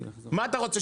מה אתה רוצה,